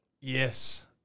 yes